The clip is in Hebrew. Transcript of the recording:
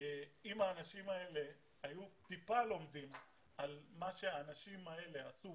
אם האנשים האלה היו טיפה לומדים על מה שהאנשים האלה עשו